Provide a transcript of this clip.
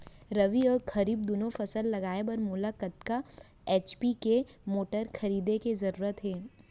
रबि व खरीफ दुनो फसल लगाए बर मोला कतना एच.पी के मोटर खरीदे के जरूरत हे?